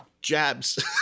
jabs